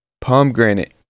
pomegranate